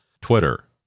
Twitter